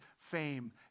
fame